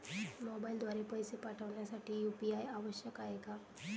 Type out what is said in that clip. मोबाईलद्वारे पैसे पाठवण्यासाठी यू.पी.आय आवश्यक आहे का?